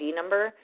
number